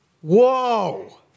whoa